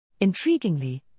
Intriguingly